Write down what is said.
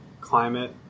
climate